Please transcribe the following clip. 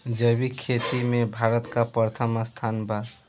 जैविक खेती में भारत का प्रथम स्थान बा